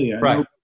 right